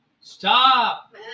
Stop